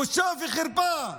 בושה וחרפה.